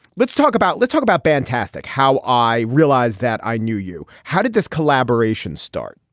let's talk about let's talk about fantastic. how i realized that i knew you. how did this collaboration start?